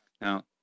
Now